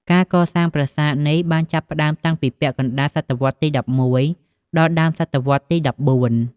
ការកសាងប្រាសាទនេះបានចាប់ផ្ដើមតាំងពីពាក់កណ្ដាល សតវត្សរ៍ទី ១១ ដល់ដើមសតវត្សរ៍ទី ១៤។